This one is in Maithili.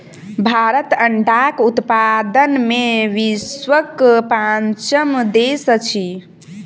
भारत अंडाक उत्पादन मे विश्वक पाँचम देश अछि